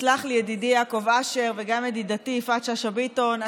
ויסלחו לי ידידי יעקב אשר וגם ידידתי יפעת שאשא ביטון,